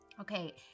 Okay